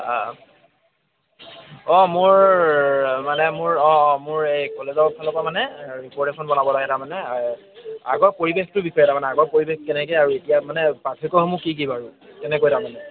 অ' অঁ মোৰ মানে মোৰ অঁ অঁ মোৰ এই কলেজৰ ফালৰ পৰা মানে ৰিপৰ্ট এখন বনাব লাগে তাৰ মানে আগৰ পৰিৱেশটো বিষয়ে তাৰমানে আগৰ পৰিৱেশ কেনেকৈ আৰু এতিয়া মানে পাৰ্থক্যসমূহ কি কি বাৰু কেনেকৈ তাৰমানে